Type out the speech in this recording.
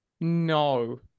No